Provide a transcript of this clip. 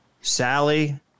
Sally